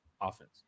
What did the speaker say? offense